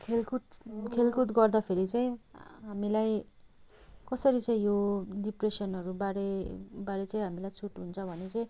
खेलकुद खेलकुद गर्दाखेरि चाहिँ हामीलाई कसरी चाहिँ यो डिप्रेसनहरू बारे बारे चाहिँ हामीलाई छुट हुन्छ भने चाहिँ